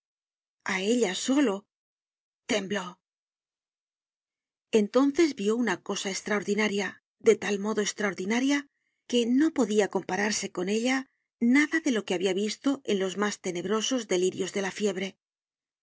a ella solo tembló entonces vió una cosa estraordinaria de tal modo estraordinaria que no podía compararse con ella nada de lo que habia visto en los mas tenebrosos delirios de la fiebre